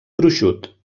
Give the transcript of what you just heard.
gruixut